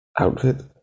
Outfit